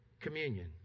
communion